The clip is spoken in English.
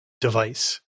device